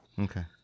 Okay